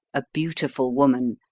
a beautiful woman,